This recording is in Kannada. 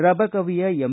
ರಬಕವಿಯ ಎಂ